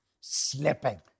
slipping